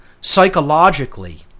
psychologically